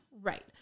Right